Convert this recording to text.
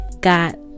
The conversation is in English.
got